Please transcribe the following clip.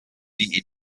die